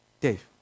Dave